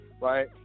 right